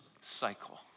cycle